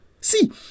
See